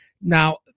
Now